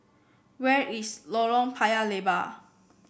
where is Lorong Paya Lebar